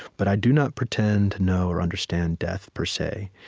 but i do not pretend to know or understand death per se.